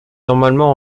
normalement